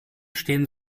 stehen